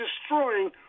destroying